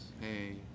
Hey